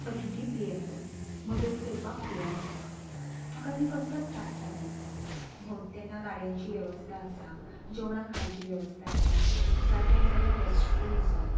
अतिथी प्रिय आसात मदत करपाक फुडें आसात म्हाका थंय कसलोत त्रास जालो ना भोंवता तेन्ना गाड्यांची वेवस्था आसा जेवणा खाणाची वेवस्था आसा जाग्यार जाग्यार रॅस्ट रूम आसात